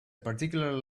particular